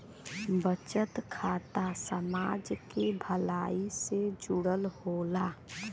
बचत खाता समाज के भलाई से जुड़ल होला